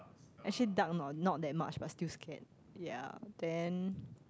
actually dark not that much but still scared ya then